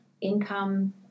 income